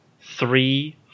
three